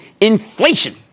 inflation